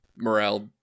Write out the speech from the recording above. Morale